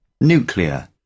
Nuclear